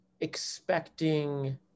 expecting